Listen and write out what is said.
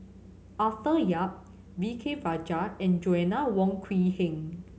Arthur Yap V K Rajah and Joanna Wong Quee Heng